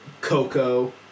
Coco